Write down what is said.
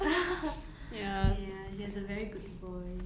ya she has a very good voice